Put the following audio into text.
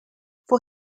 for